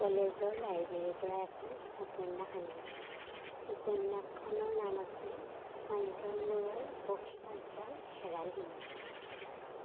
কলেজৰ লাইব্ৰেৰীৰপৰা এখন উপন্যাস আনিলোঁ উপন্যাসখনৰ নাম আছিল কাঞ্চন বৰুৱাৰ অসীমত যাৰ হেৰাল সীমা